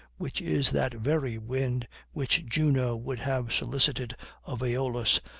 which is that very wind which juno would have solicited of aeolus,